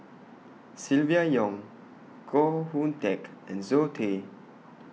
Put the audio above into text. Silvia Yong Koh Hoon Teck and Zoe Tay